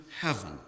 heaven